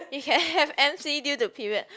you can have m_c due to period